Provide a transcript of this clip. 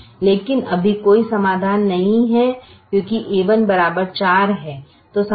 लेकिन अभी कोई समाधान नहीं है क्योंकि a1 4 है